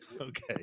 Okay